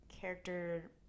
character